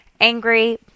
angry